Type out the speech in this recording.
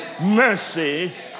mercies